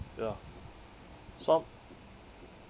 ya so